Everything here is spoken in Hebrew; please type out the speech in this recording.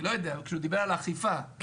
כשהוא דיבר על האכיפה,